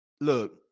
look